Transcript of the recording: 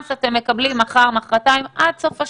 מסידורי